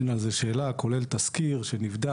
אין על זה שאלה, כולל תסקיר שנבדק.